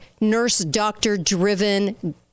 nurse-doctor-driven